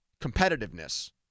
competitiveness